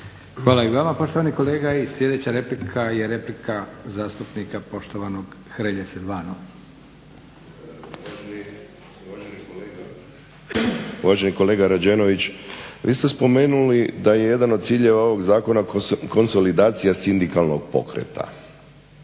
Hvala i vama poštovani kolega. I sljedeća replika je replika zastupnika poštovanog Hrelje Silvano. **Hrelja, Silvano (HSU)** Uvaženi kolega Rađenović, vi ste spomenuli da je jedan od ciljeva ovog zakona konsolidacija sindikalnog pokreta.